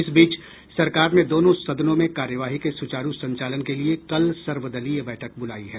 इस बीच सरकार ने दोनों सदनों में कार्यवाही के सुचारू संचालन के लिए कल सर्वदलीय बैठक बूलाई है